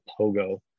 Pogo